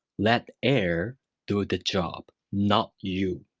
let air do the job, not you.